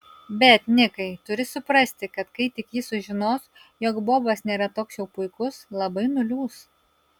bet nikai turi suprasti kad kai tik ji sužinos jog bobas nėra toks jau puikus labai nuliūs